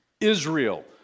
Israel